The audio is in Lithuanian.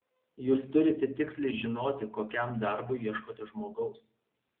jūs turite tiksliai žinoti kokiam darbui ieškote žmogaus